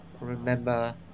remember